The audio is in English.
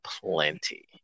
plenty